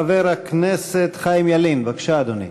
חבר הכנסת חיים ילין, בבקשה, אדוני.